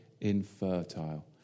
infertile